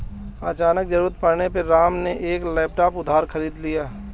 अचानक ज़रूरत पड़ने पे राम ने एक लैपटॉप उधार खरीद लिया